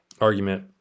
argument